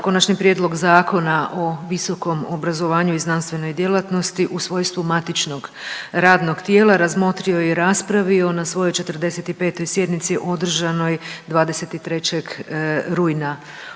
Konačni prijedlog Zakona o visokom obrazovanju i znanstvenoj djelatnosti u svojstvu matičnog radnog tijela razmotrio je i raspravio na svojoj 45. sjednici održanoj 23. rujna